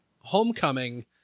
Homecoming